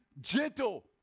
gentle